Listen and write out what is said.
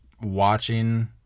watching